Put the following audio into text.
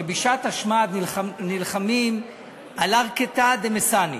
שבשעת השמד נלחמים על ערקתא דמסאנא,